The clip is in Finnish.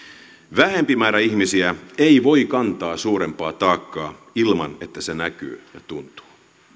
vähempi määrä ihmisiä ei voi kantaa suurempaa taakkaa ilman että se näkyy ja tuntuu